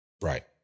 Right